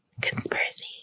Conspiracy